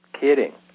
kidding